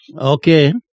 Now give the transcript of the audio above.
Okay